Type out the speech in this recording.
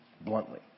bluntly